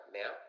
now